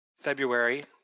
February